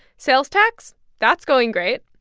sales tax that's going great.